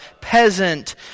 peasant